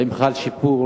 והאם חל שיפור,